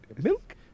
milk